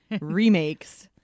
remakes